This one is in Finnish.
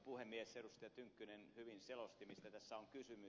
tynkkynen hyvin selosti mistä tässä on kysymys